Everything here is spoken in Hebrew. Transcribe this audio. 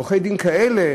עורכי-דין כאלה,